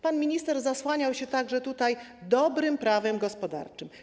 Pan minister zasłaniał się także dobrym prawem gospodarczym.